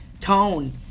tone